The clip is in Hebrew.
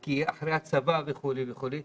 כי הם אחרי הצבא וכו' וכו',